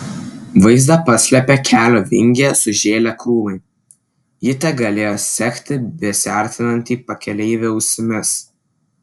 vaizdą paslėpė kelio vingyje sužėlę krūmai ji tegalėjo sekti besiartinantį pakeleivį ausimis